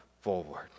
forward